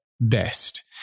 best